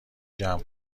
جمع